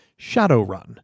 Shadowrun